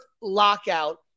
lockout